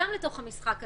אל תוך המשחק הזה.